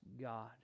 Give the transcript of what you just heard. God